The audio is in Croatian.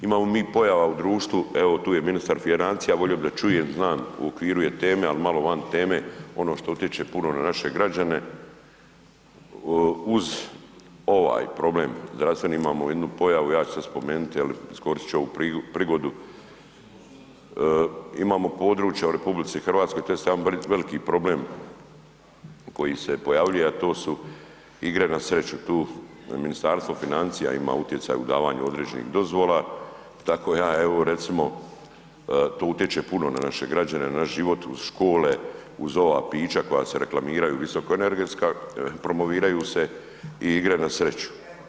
Imamo mi pojava u društvu, evo tu je ministar financija, volio bi da čujem, znam, u okviru je teme, ali van teme, ono što utječe puno na naše građane, uz ovaj problem zdravstveni, imamo jednu pojavu, ja ću sad spomenuti je li, iskoristit ću ovu prigodu, imamo područja u RH tj. jedan veliki problem koji se pojavljuje a to su igre na sreću, tu Ministarstvo financija ima utjecaj u davanju određenih dozvola, tako ja evo recimo, tu utječe puno na naše građane, na naš život, uz škole, uz ova pića koja se reklamiraju, visokoenergetska, promoviraju se i igre na sreću.